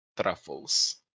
truffles